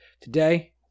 today